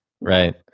Right